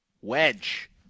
Wedge